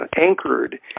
anchored